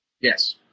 Yes